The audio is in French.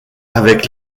avec